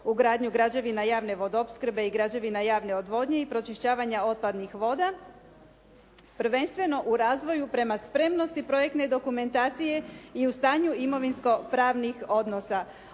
u gradnju građevina javne vodoopskrbe i građevina javne odvodnje i pročišćavanja otpadnih voda prvenstveno u razvoju prema spremnosti projektne dokumentacije i u stanju imovinsko pravnih odnosa.